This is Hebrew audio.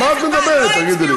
על מה את מדברת, תגידי לי.